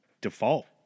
default